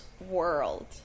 world